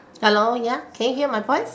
hello ya can you hear my voice